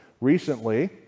recently